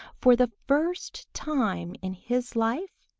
for the first time in his life,